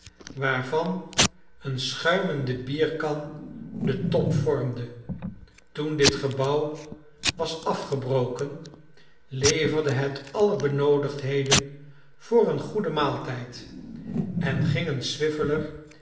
waarvan een schuimende bierkan den top vormde toen ditgebouw was afgebroken leverde het alle benoodigdheden voor een goeden maaltijd en gingen